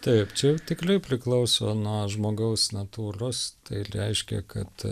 taip čia tikrai priklauso nuo žmogaus natūros tai reiškia kad